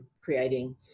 creating